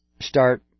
start